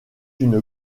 une